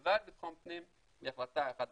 שתקצבה את בטחון פנים היא החלטה 1402,